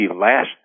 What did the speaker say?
last